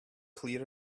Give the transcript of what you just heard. clear